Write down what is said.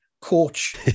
coach